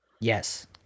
Yes